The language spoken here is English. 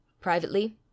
Privately